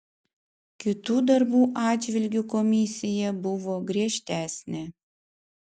kitų darbų atžvilgiu komisija buvo griežtesnė